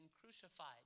crucified